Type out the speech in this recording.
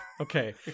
Okay